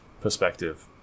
perspective